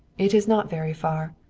it is not very far.